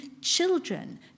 children